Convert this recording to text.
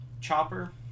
chopper